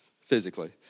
physically